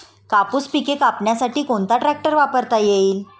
कापूस पिके कापण्यासाठी कोणता ट्रॅक्टर वापरता येईल?